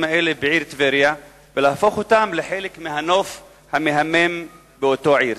האלה בעיר טבריה ולהפוך אותם לחלק מהנוף המהמם באותה עיר?